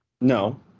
No